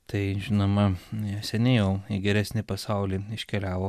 tai žinoma seniai jau į geresnį pasaulį iškeliavo